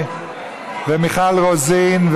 מיכל רוזין,